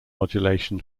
modulation